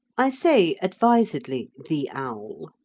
i say advisedly the owl,